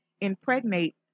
impregnate